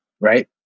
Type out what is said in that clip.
right